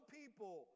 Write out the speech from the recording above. people